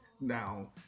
Now